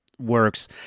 works